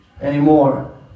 anymore